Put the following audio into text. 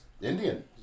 Indian